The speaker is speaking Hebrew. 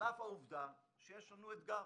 על אף העובדה שיש לנו אתגר